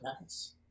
Nice